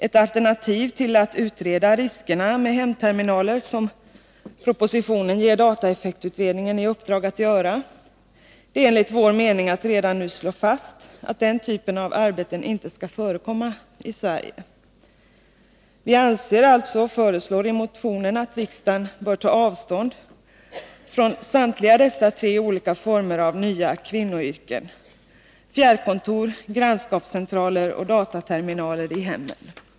Ett alternativ till att utreda riskerna med hemterminaler, som propositionen ger dataeffektutredningen i uppdrag att göra, är enligt vår mening att redan nu slå fast att den typen av arbeten inte skall förekomma i Sverige. Vi föreslår i motionen att riksdagen tar avstånd från samtliga dessa tre olika former av nya ”kvinnoyrken”, fjärrkontor, grannskapscentraler och dataterminaler i hemmen.